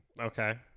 Okay